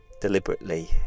deliberately